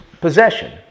possession